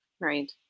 Right